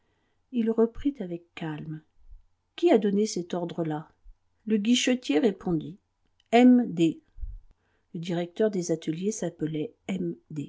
il reprit avec calme qui a donné cet ordre là le guichetier répondit m d le directeur des ateliers s'appelait